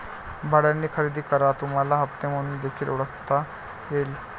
भाड्याने खरेदी करा तुम्हाला हप्ते म्हणून देखील ओळखता येईल